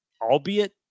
albeit